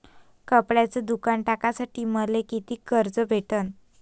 कपड्याचं दुकान टाकासाठी मले कितीक कर्ज भेटन?